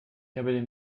habe